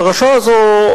הפרשה הזו,